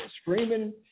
screaming